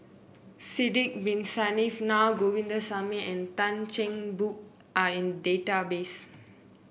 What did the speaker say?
Sidek Bin Saniff Na Govindasamy and Tan Cheng Bock are in database